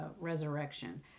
resurrection